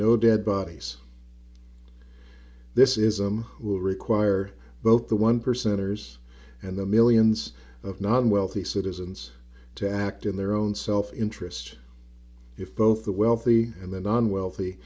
no dead bodies this is i'm who require both the one percenters and the millions of non wealthy citizens to act in their own self interest if both the wealthy and the non wealthy